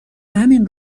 همین